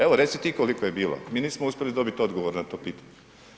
Evo, reci ti koliko je bilo, mi nismo uspjeli dobiti odgovor na to pitanje.